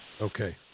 Okay